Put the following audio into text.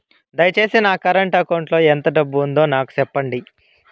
దయచేసి నా current account లో ఎంత డబ్బు ఉందో నాకు సెప్పండి